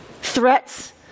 Threats